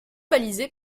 balisés